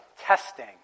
Testing